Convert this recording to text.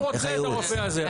איך הוא מגיע לרופא הזה?